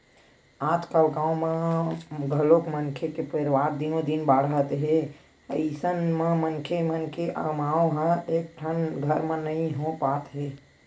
आजकाल गाँव मन म घलोक मनखे के परवार दिनो दिन बाड़हत जात हे अइसन म मनखे मन के अमाउ ह एकेठन घर म नइ हो पात हे